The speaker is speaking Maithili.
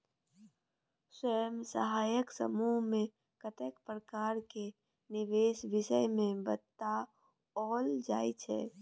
स्वयं सहायता समूह मे कतेको प्रकार केर निबेश विषय मे बताओल जाइ छै